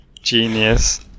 Genius